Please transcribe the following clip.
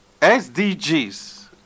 SDGs